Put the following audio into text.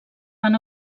van